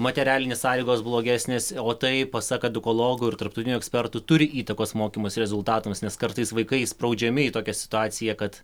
materialinės sąlygos blogesnės o tai pasak edukologų ir tarptautinių ekspertų turi įtakos mokymosi rezultatams nes kartais vaikai įspraudžiami į tokią situaciją kad